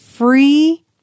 free